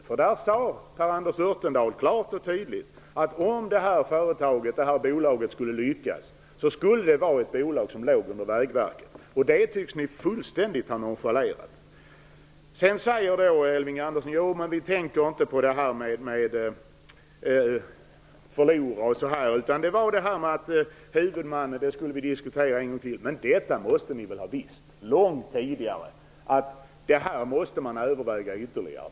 Per Anders Örtendahl sade klart och tydligt att förutsättningen för att ett bolag skulle lyckas var att det skulle ligga under Vägverket. Detta tycks ni ha nonchalerat fullständigt. Elving Andersson sade att vi inte tänker på detta med förlorare etc., utan att det handlade om att vi skulle diskutera frågan om huvudman en gång till. Men ni måste väl långt tidigare ha känt till att detta måste övervägas ytterligare.